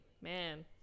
Man